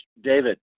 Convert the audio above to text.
David